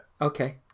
Okay